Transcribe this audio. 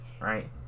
right